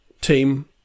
team